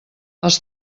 els